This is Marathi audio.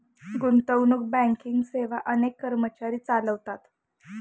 गुंतवणूक बँकिंग सेवा अनेक कर्मचारी चालवतात